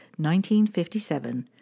1957